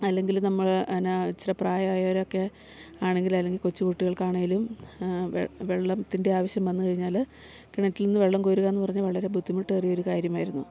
അല്ലെങ്കില് നമ്മള് എന്നാ ഇച്ചിരെ പ്രായമായവരൊക്കെ ആണെങ്കില് അല്ലെങ്കിൽ കൊച്ചുകുട്ടികൾക്കാണേലും വെള്ളത്തിൻ്റെ ആവശ്യം വന്ന് കഴിഞ്ഞാല് കിണറ്റിൽ നിന്ന് വെള്ളം കോരുക എന്ന് പറഞ്ഞാൽ വളരെ ബുദ്ധിമുട്ടേറിയൊരു കാര്യമായിരുന്നു